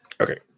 Okay